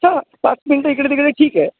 हां पाच मिनटं इकडे तिकडे ठीक आहे